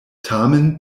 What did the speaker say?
tamen